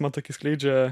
va tokį skleidžia